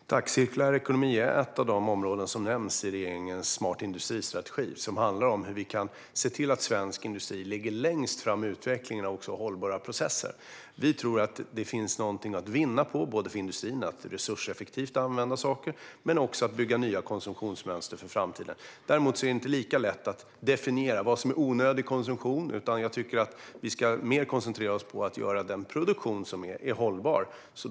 Fru talman! Cirkulär ekonomi är ett av de områden som nämns i regeringens strategi Smart industri, som handlar om hur vi kan se till att svensk industri ligger längst fram i utvecklingen också av hållbara processer. Vi tror att det finns något att vinna för industrin både på att resurseffektivt använda saker och på att bygga nya konsumtionsmönster för framtiden. Det är dock inte lätt att definiera vad som är onödig konsumtion, utan jag tycker att vi mer ska koncentrera oss på att göra produktionen hållbar.